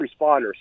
responders